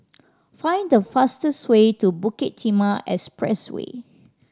find the fastest way to Bukit Timah Expressway